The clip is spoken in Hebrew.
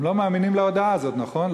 אתם לא מאמינים להודעה הזאת, נכון?